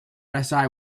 rsi